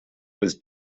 was